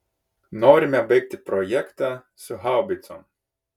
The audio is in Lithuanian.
norime baigti projektą su haubicom